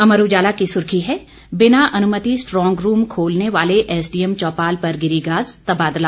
अमर उजाला की सुर्खी है बिना अनुमति स्ट्रांग रूम खोलने वाले एसडीएम चौपाल पर गिरी गाज तबादला